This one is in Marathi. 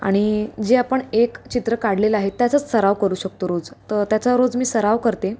आणि जे आपण एक चित्र काढलेलं आहे त्याचाच सराव करू शकतो रोज तर त्याचा रोज मी सराव करते